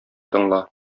тыңла